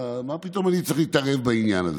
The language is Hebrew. מה פתאום אני צריך להתערב בעניין הזה?